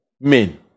men